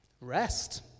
rest